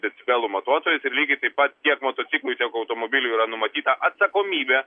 decibelų matuotojus ir lygiai taip pat tiek motociklui tiek automobiliui yra numatyta atsakomybė